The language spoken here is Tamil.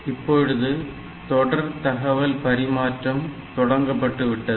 இப்பொழுது தொடர் தகவல் பரிமாற்றம் தொடங்கபட்டுவிட்டது